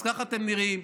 אז ככה אתם נראים.